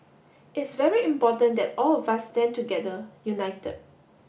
it's very important that all of us stand together united